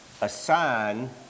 assign